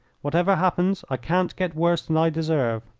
whatever happens i can't get worse than i deserve.